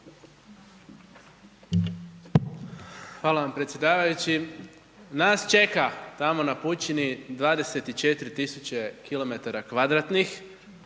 Hvala vam predsjedavajući. Nas čeka tamo na pučini 24